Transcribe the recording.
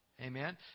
Amen